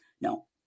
No